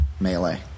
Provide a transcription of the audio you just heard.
melee